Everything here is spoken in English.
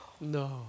No